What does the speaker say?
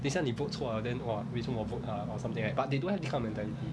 等一下你 vote 错 liao then !wah! 为什么我 vote 他 or something like that but they don't have that kind of mentality